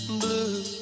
blue